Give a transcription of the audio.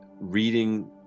reading